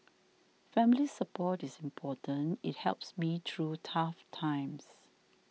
family support is important it helps me through tough times